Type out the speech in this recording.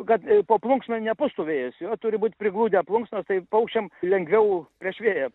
kad po plunksna nepūstų vėjas jo turi būt prigludę plunksnos tai paukščiam lengviau prieš vėją